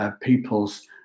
people's